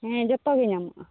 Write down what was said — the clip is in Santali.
ᱦᱮᱸ ᱡᱚᱛᱚᱜᱮ ᱧᱟᱢᱚᱜᱼᱟ